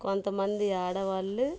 కొంతమంది ఆడవాళ్ళు